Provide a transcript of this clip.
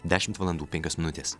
dešimt valandų penkios minutės